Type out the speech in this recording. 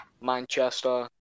Manchester